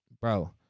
Bro